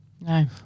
No